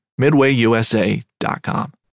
MidwayUSA.com